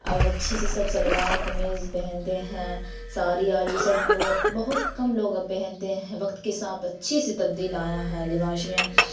اب اچھے سے سب شلوار قمیض پہنتے ہیں ساری اور یہ سب بہت کم لوگ اب پہنتے ہیں وقت کے ساتھ اچھی سی تبدیل آیا ہے لباس میں